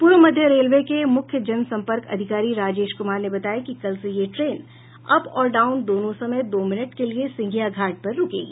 पूर्व मध्य रेलवे के मुख्य जनसंपर्क अधिकारी राजेश कुमार ने बताया कि कल से यह ट्रेन अप और डाउन दोनों समय दो मिनट के लिए सिंघिया घाट पर रूकेगी